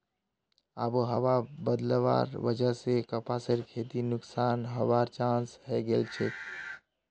आबोहवा बदलवार वजह स कपासेर खेती नुकसान हबार चांस हैं गेलछेक